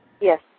Yes